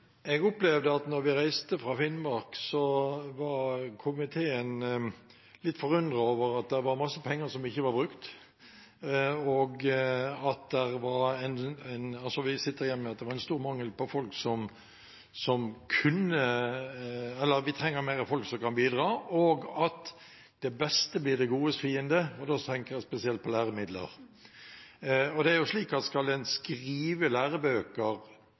Jeg opplevde at da vi reiste fra Finnmark, var komiteen litt forundret over at det var masse penger som ikke var brukt. Vi sitter igjen med at vi trenger flere folk som kan bidra, og at det beste blir det godes fiende – da tenker jeg spesielt på læremidler. Det er jo slik at skal en skrive lærebøker helt tilpasset det samiske miljøet, er det krevende og det er ikke folk til det. Men samtidig er det vel sånn at mye kan oversettes fra norske lærebøker,